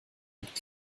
liegt